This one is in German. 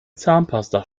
zahnpasta